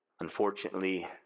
Unfortunately